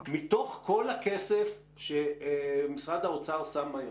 מתוך כל הכסף שמשרד האוצר שם היום,